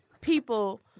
people